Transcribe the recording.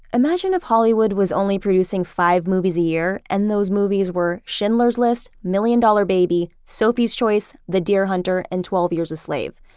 imagine if hollywood was only producing five movies a year and those movies were schindler's list, million dollar baby, sophie's choice, the deer hunter and twelve years a slave.